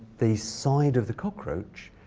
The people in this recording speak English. the side of the cockroach,